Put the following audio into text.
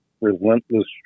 Relentless